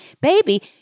baby